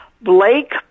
Blake